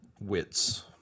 Wits